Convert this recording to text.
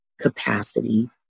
capacity